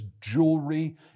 jewelry